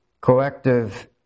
collective